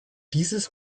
dieses